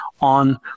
on